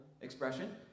expression